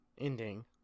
ending